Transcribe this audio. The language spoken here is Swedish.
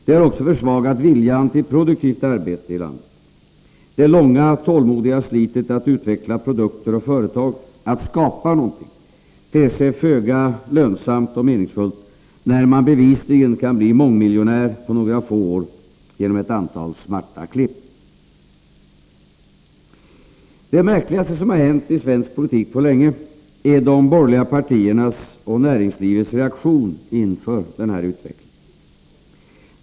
Det har också försvagat viljan till produktivt arbete. Det långa, tålmodiga slitet att utveckla produkter och företag, att skapa något, ter sig föga lönsamt och meningsfullt när men bevisligen kan bli mångmiljonär på några få år genom ett antal smarta klipp. Det märkligaste som har hänt i svensk politik på länge är de borgerliga partiernas och näringslivets reaktion inför denna utveckling.